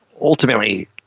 ultimately